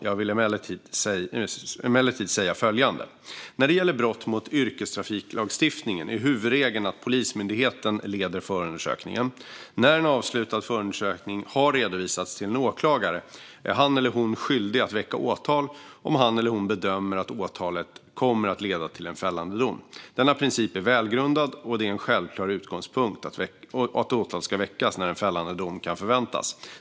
Jag vill emellertid säga följande: När det gäller brott mot yrkestrafiklagstiftningen är huvudregeln att Polismyndigheten leder förundersökningen. När en avslutad förundersökning har redovisats till en åklagare är han eller hon skyldig att väcka åtal om han eller hon bedömer att åtalet kommer att leda till en fällande dom. Denna princip är välgrundad, och det är en självklar utgångspunkt att åtal ska väckas när en fällande dom kan förväntas.